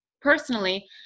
personally